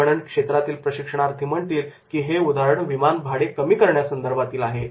विपणन क्षेत्रातील प्रशिक्षणार्थी म्हणतील की हे उदाहरण विमान भाडे कमी करण्यासंदर्भातील आहे